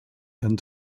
and